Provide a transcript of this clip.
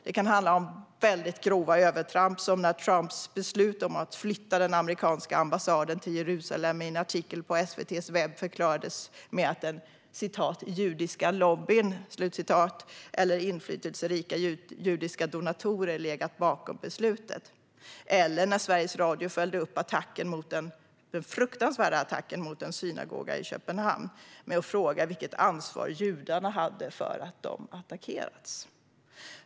Det kan handla om väldigt grova övertramp, som när Trumps beslut om att flytta den amerikanska ambassaden till Jerusalem i en artikel på SVT:s webb förklarades med att "den judiska lobbyn" eller inflytelserika judiska donatorer legat bakom beslutet, eller när Sveriges Radio följde upp den fruktansvärda attacken mot en synagoga i Köpenhamn med att fråga vilket ansvar judarna hade för att de attackerats.